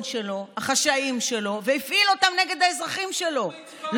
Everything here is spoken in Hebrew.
החשאיים שלו והפעיל אותם נגד האזרחים שלו.